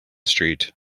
street